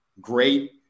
great